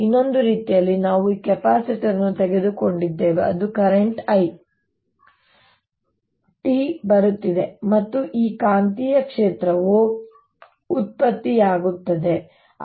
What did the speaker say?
ಇನ್ನೊಂದು ರೀತಿಯಲ್ಲಿ ನಾವು ಈ ಕೆಪಾಸಿಟರ್ ಅನ್ನು ತೆಗೆದುಕೊಂಡಿದ್ದೇವೆ ಅದು ಕರೆಂಟ್ I t ಬರುತ್ತಿದೆ ಮತ್ತು ಈ ಕಾಂತೀಯ ಕ್ಷೇತ್ರವು ಉತ್ಪತ್ತಿಯಾಗುತ್ತಿದೆ